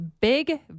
Big